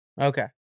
Okay